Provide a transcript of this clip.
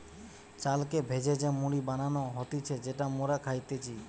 চালকে ভেজে যে মুড়ি বানানো হতিছে যেটা মোরা খাইতেছি